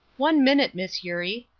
one minute, miss eurie,